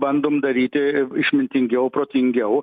bandom daryti išmintingiau protingiau